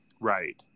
right